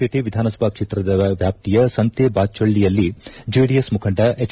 ವೇಟೆ ವಿಧಾನಸಭಾ ಕ್ಷೇತ್ರದ ವ್ಯಾಪ್ತಿಯ ಸಂತೆಬಾಚ್ಛಿಯಲ್ಲಿ ಜೆಡಿಎಸ್ ಮುಖಂಡ ಎಜ್